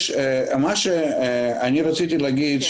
מה שרציתי להגיד,